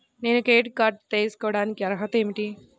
నేను credit card తీయడానికి అర్హత ఏమిటి?